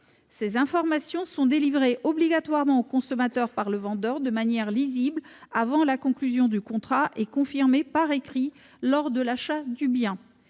Ces informations sont délivrées obligatoirement au consommateur par le vendeur de manière lisible avant la conclusion du contrat et confirmées par écrit lors de l'achat du bien.